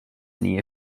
near